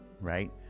right